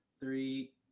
three